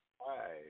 Hi